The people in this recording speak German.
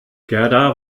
gerda